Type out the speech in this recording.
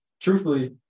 truthfully